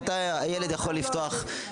והילד יכול לפתוח.